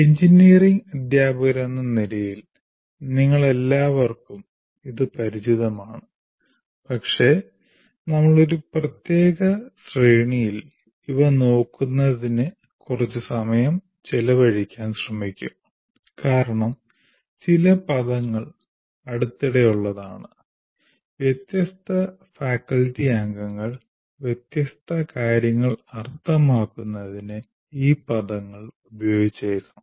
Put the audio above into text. engineering അദ്ധ്യാപകരെന്ന നിലയിൽ നിങ്ങൾക്കെല്ലാവർക്കും ഇത് പരിചിതമാണ് പക്ഷേ നമ്മൾ ഒരു പ്രത്യേക ശ്രേണിയിൽ ഇവ നോക്കുന്നതിന് കുറച്ച് സമയം ചെലവഴിക്കാൻ ശ്രമിക്കും കാരണം ചില പദങ്ങൾ അടുത്തിടെയുള്ളതാണ് വ്യത്യസ്ത ഫാക്കൽറ്റി അംഗങ്ങൾ വ്യത്യസ്ത കാര്യങ്ങൾ അർത്ഥമാക്കുന്നതിന് ഈ പദങ്ങൾ ഉപയോഗിച്ചേക്കാം